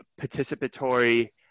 participatory